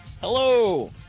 Hello